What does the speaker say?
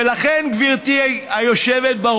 ולכן, גברתי היושבת-ראש,